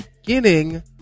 beginning